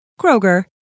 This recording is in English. Kroger